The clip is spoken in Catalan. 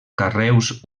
carreus